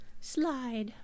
Slide